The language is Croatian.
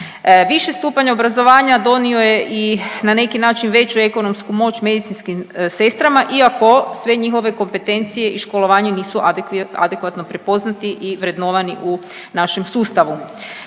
Viši stupanj obrazovanja donio je i na neki način veću ekonomsku moć medicinskim sestrama iako sve njihove kompetencije i školovanje nisu adekvatno prepoznati i vrednovani u našem sustavu.